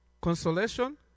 Consolation